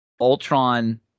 Ultron